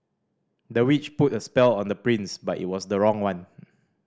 the witch put a spell on the prince but it was the wrong one